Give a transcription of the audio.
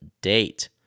date